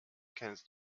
kennst